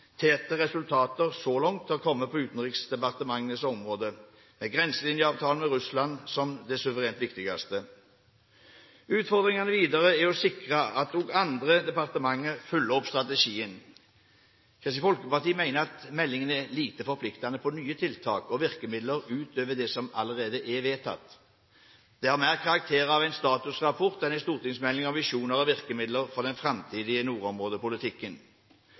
dokumenterte resultater så langt har kommet på Utenriksdepartementets område, med grenselinjeavtalen med Russland som det suverent viktigste. Utfordringen videre er å sikre at også andre departementer følger opp strategien. Kristelig Folkeparti mener at meldingen er lite forpliktende på nye tiltak og virkemidler utover det som allerede er vedtatt – den har mer karakter av en statusrapport enn en stortingsmelding om visjoner og virkemidler for den framtidige nordområdepolitikken.